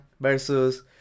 versus